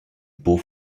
beau